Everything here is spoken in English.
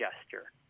gesture